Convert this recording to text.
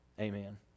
Amen